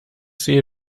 sehe